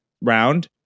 round